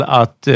att